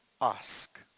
ask